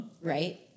right